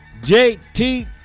JT